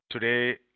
today